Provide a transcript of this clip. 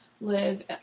live